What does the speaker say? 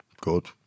good